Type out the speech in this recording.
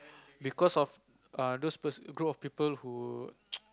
because of err those per~ group of people who